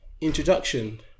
introduction